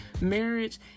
marriage